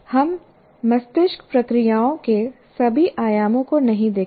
हम मस्तिष्क प्रक्रियाओं के सभी आयामों को नहीं देखेंगे